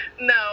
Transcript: No